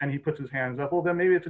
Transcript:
and he puts his hands up although maybe it's